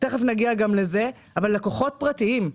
לקוחות פרטיים,